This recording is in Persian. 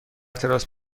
تراس